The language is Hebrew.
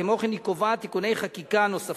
כמו כן היא קובעת תיקוני חקיקה נוספים,